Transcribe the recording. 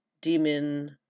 demon